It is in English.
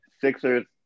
Sixers